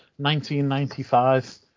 1995